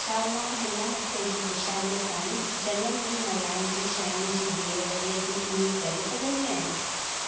छा मां हिन हफ़्ते जी पिछाड़ीअ ताईं जनमु ॾींहुं मल्हाइण जी शयुनि जी डिलिवरीअ जी उमीद करे सघंदी आहियां